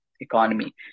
economy